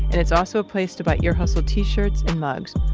and it's also a place to buy ear hustle t-shirts and mugs.